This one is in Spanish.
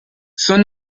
son